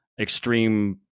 extreme